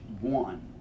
one